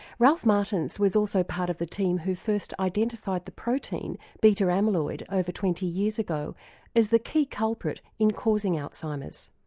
ralph martins was also part of the team that first identified the protein beta amyloid over twenty years ago as the key culprit in causing alzheimer's.